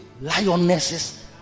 lionesses